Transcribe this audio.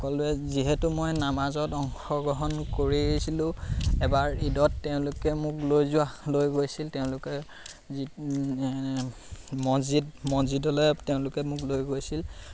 সকলোৱে যিহেতু মই নামাজত অংশগ্ৰহণ কৰিছিলোঁ এবাৰ ঈদত তেওঁলোকে মোক লৈ যোৱা লৈ গৈছিল তেওঁলোকে মচজিদ মচজিদলৈ তেওঁলোকে মোক লৈ গৈছিল